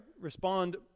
respond